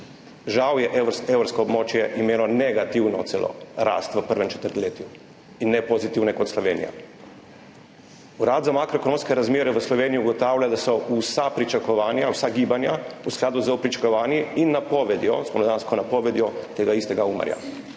Žal je imelo evrsko območje celo negativno rast v prvem četrtletju in ne pozitivne kot Slovenija. Urad za makroekonomske razmere v Sloveniji ugotavlja, da so vsa pričakovanja, vsa gibanja v skladu s pričakovanji in napovedjo, spomladansko napovedjo tega istega Umarja.